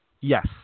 Yes